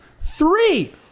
Three